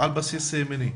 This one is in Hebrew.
על בסיס מיני.